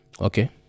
Okay